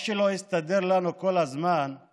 מה שלא הסתדר לנו כל הזמן הוא